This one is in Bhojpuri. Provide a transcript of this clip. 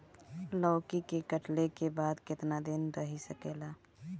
लौकी कटले के बाद केतना दिन रही सकेला?